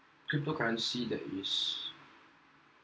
cryptocurrency that is